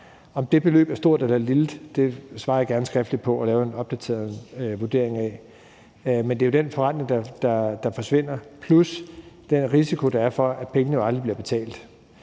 Om det beløb er stort eller lille, svarer jeg gerne skriftligt på og laver en opdateret vurdering af. Men det er jo den forrentning, der forsvinder, plus at der er den risiko for, at pengene aldrig bliver betalt,